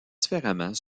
différemment